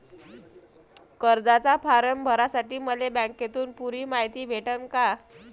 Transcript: कर्जाचा फारम भरासाठी मले बँकेतून पुरी मायती भेटन का?